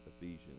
Ephesians